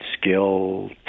skill